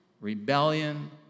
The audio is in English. rebellion